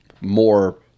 more